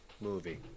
movie